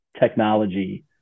technology